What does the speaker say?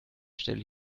stelle